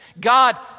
God